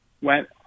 went